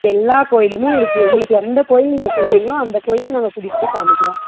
எல்லா கோயிலுமே இருக்குது உங்களுக்கு எந்த கோயில் நீங்கள் சொல்கிறீங்ளோ அந்த கோயிலுக்கு நாங்கள் கூட்டிகிட்டு போய் காமிக்கிறோம்